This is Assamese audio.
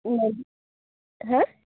হে